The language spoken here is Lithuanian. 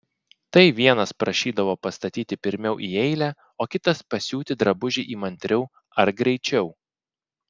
tai vienas prašydavo pastatyti pirmiau į eilę o kitas pasiūti drabužį įmantriau ar greičiau